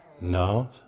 No